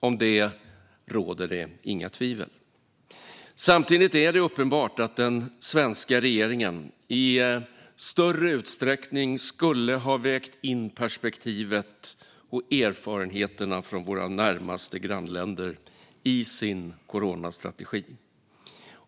Om det råder inga tvivel. Samtidigt är det uppenbart att den svenska regeringen i större utsträckning skulle ha vägt in perspektivet och erfarenheterna från våra närmaste grannländer i sin coronastrategi.